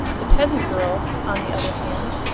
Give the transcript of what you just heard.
the peasant girl, on the other hand,